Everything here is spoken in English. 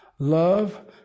Love